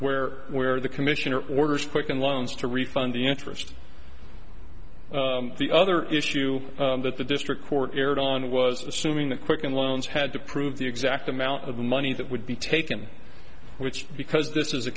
where where the commissioner orders quicken loans to refund the interest the other issue that the district court erred on was assuming the quicken loans had to prove the exact amount of money that would be taken which because this is a